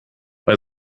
bei